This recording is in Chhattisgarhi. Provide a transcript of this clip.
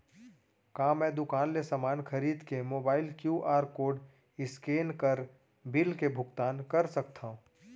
का मैं दुकान ले समान खरीद के मोबाइल क्यू.आर कोड स्कैन कर बिल के भुगतान कर सकथव?